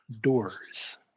doors